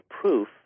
proof